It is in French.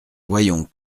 voyons